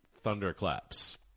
Thunderclaps